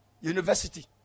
university